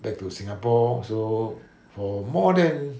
back to singapore so for more than